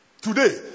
Today